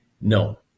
No